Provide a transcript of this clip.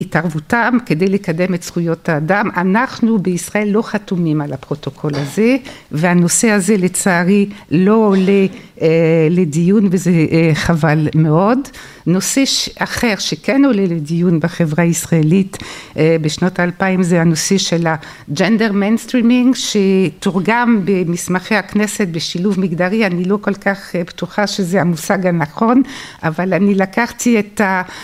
התערבותם כדי לקדם את זכויות האדם, אנחנו בישראל לא חתומים על הפרוטוקול הזה, והנושא הזה לצערי לא עולה לדיון וזה חבל מאוד. נושא אחר שכן עולה לדיון בחברה הישראלית בשנות האלפיים זה הנושא של הג'נדר מנסטרימינג שתורגם במסמכי הכנסת בשילוב מגדרי, אני לא כל כך בטוחה שזה המושג הנכון אבל אני לקחתי את ה...